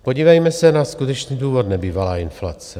Podívejme se na skutečný důvod nebývalé inflace.